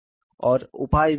और उपाय भी खोजे